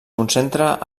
concentra